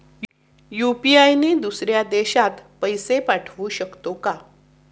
UPI ने दुसऱ्या देशात पैसे पाठवू शकतो का?